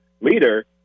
leader